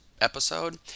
episode